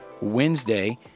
Wednesday